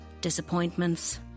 disappointments